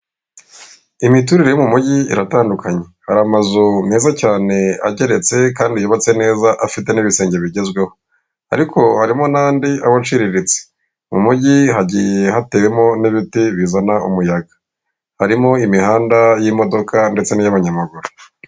Imiturire yo mu mujyi iratandukanye hari amazu meza cyane ageretse kandi yubatse neza afite n'ibisenge bigezweho, ariko harimo n'andi aba aciriritse mu mujyi hagiye hatewemo n'ibiti bizana umuyaga harimo imihanda y'imodoka ndetse n'iy'abanyamaguru.